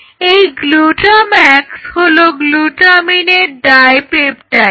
এই গ্লুটাম্যাক্স হলো গ্লুটামিনের ডাই পেপটাইড